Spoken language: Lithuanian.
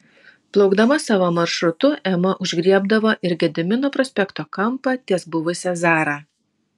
plaukdama savo maršrutu ema užgriebdavo ir gedimino prospekto kampą ties buvusia zara